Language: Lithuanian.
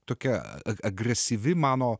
tokia agresyvi mano